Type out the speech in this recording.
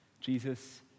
Jesus